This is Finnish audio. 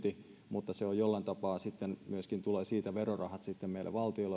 mutta että siitä jollain tapaa sitten myöskin tulee verorahat meille valtiolle